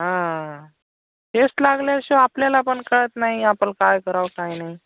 हां ठेच लागल्याशिवाय आपल्याला पण कळत नाही आपण काय करावं काय नाही